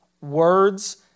words